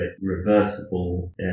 reversible